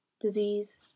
disease